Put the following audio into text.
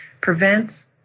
prevents